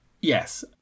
yes